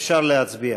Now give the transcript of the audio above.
אפשר להצביע.